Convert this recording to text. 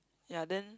ya then